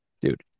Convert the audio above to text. Dude